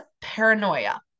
paranoia